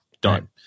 Done